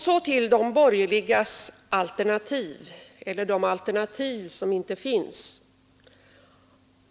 Så till de borgerligas alternativ — eller brist på alternativ.